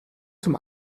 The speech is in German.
zum